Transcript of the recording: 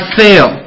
fail